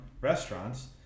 restaurants